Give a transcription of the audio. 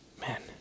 Man